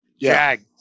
Jag